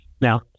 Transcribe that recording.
Now